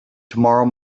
tomorrow